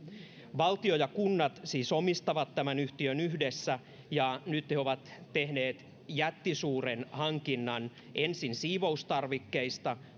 valtio ja kunnat siis omistavat tämän yhtiön yhdessä ja nyt ne ovat tehneet jättisuuren hankinnan ensin siivoustarvikkeista